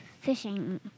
fishing